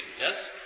Yes